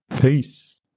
Peace